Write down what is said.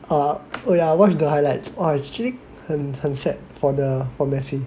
ah oh yeah I watch the highlights it's actually 很很 sad for the for Messi